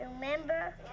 Remember